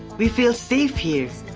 we feel safe here.